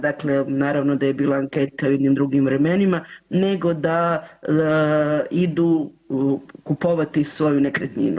Dakle, naravno da je bila anketa u jednim drugim vremenima nego da idu kupovati svoju nekretninu.